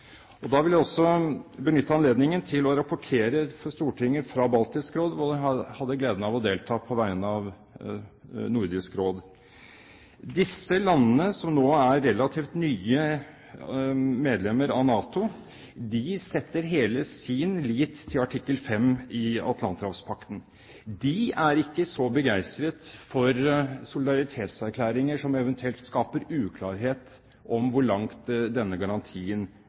Da vil jeg også benytte anledningen til å rapportere for Stortinget fra Baltisk Råd, hvor jeg hadde gleden av å delta på vegne av Nordisk Råd. Disse landene, som nå er relativt nye medlemmer av NATO, setter hele sin lit til artikkel 5 i Atlanterhavspakten. De er ikke så begeistret for solidaritetserklæringer som eventuelt skaper uklarhet om hvor langt denne garantien